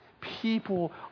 People